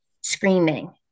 screaming